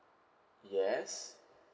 yes